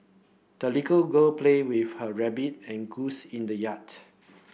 the little girl played with her rabbit and goose in the yard